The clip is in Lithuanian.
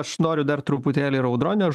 aš noriu dar truputėlį ir audronio